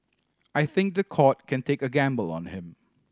I think the court can take a gamble on him